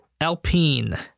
Alpine